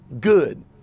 good